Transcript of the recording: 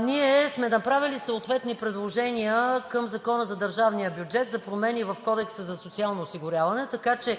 Ние сме направили съответни предложения в Закона за държавния бюджет за промени в Кодекса за социално осигуряване, така че